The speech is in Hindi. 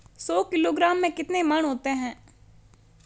सौ किलोग्राम में कितने मण होते हैं?